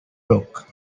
rock